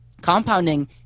Compounding